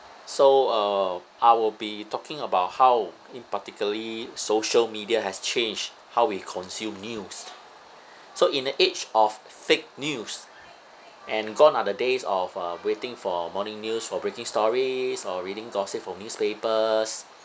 so uh I will be talking about how in particularly social media has changed how we consume news so in the age of fake news and gone are the days of uh waiting for morning news for breaking stories or reading gossip from newspapers